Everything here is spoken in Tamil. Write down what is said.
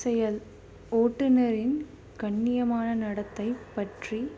செயல் ஓட்டுநரின் கண்ணியமான நடத்தை பற்றி